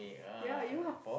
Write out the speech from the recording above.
ya you ah